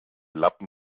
lappen